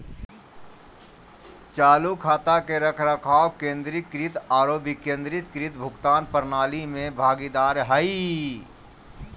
चालू खाता के रखरखाव केंद्रीकृत आरो विकेंद्रीकृत भुगतान प्रणाली में भागीदार हइ